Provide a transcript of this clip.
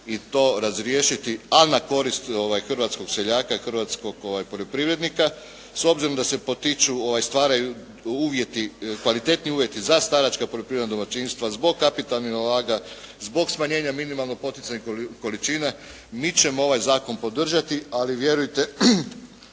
i to razriješiti ali na korist hrvatskog seljaka i hrvatskog poljoprivrednika. S obzirom da se potiču, stvaraju uvjeti, kvalitetniji uvjeti za staračka poljoprivredna domaćinstva, zbog kapitalnih …/Govornik se ne razumije./… zbog smanjenja minimalnih poticajnih količina mi ćemo ovaj zakon podržati. Ali vjerujte,